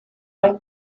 own